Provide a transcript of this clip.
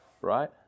right